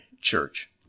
church